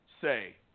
say